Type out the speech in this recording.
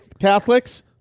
Catholics